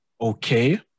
okay